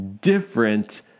different